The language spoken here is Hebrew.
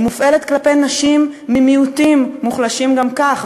היא מופעלת כלפי נשים ממיעוטים מוחלשים גם כך,